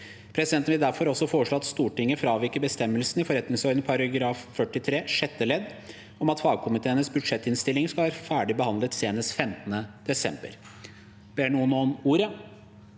Presidenten vil derfor også foreslå at Stortinget fraviker bestemmelsen i forretningsordenen § 43 sjette ledd, om at fagkomiteenes budsjettinnstillinger skal være ferdig behandlet senest 15. desember. – Ber noen om ordet?